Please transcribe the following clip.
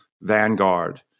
Vanguard